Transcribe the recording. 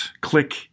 click